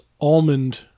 almond